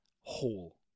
whole